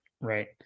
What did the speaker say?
right